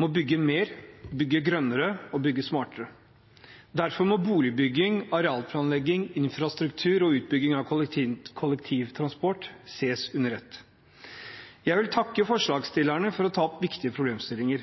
må bygge mer, grønnere og smartere. Derfor må boligbygging, arealplanlegging, infrastruktur og utbygging av kollektivtransport ses under ett. Jeg vil takke forslagsstillerne for å ta opp viktige problemstillinger.